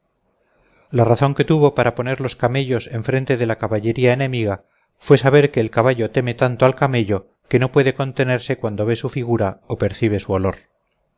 la razón que tuvo para poner los caballos enfrente de la caballería enemiga fue saber que el caballo teme tanto al camello que no puede contenerse cuando ve su figura o percibe su olor